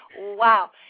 Wow